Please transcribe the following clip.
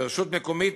ברשות מקומית,